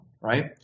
right